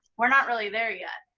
we're not really there yet.